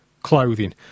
Clothing